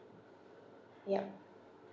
yup